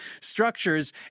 structures